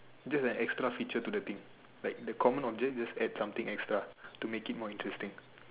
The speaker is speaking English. just an extra feature to the thing like the common object just add something extra to make it more interesting